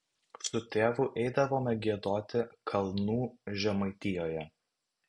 su tėvu eidavome giedoti kalnų žemaitijoje